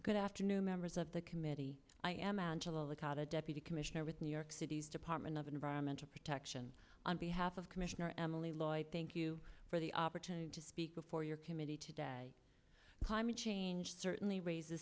good afternoon members of the committee i am angela cotta deputy commissioner with new york city's department of environmental protection on behalf of commissioner emily lloyd thank you for the opportunity to speak before your committee today climate change certainly raise